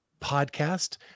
Podcast